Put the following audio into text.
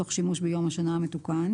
תוך שימוש ביום השנה המתוקן.